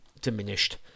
diminished